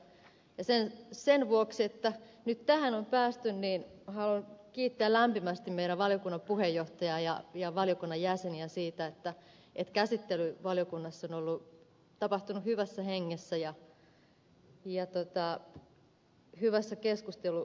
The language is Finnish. ja sen vuoksi että nyt tähän on päästy haluan kiittää lämpimästi meidän valiokuntamme puheenjohtajaa ja valiokuntamme jäseniä siitä että käsittely valiokunnassa on tapahtunut hyvässä hengessä ja hyvässä keskusteluyhteydessä